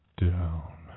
down